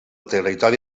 territori